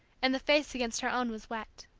and the face against her own was wet.